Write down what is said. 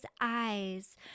eyes